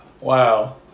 Wow